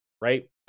right